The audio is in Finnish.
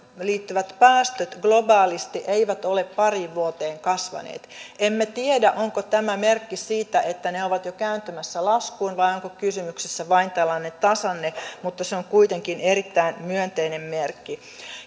liittyvät päästöt globaalisti eivät ole pariin vuoteen kasvaneet emme tiedä onko tämä merkki siitä että ne ovat jo kääntymässä laskuun vai onko kysymyksessä vain tällainen tasanne mutta se on on kuitenkin erittäin myönteinen merkki